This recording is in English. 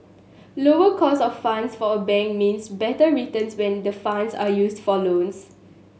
lower cost of funds for a bank means better returns when the funds are used for loans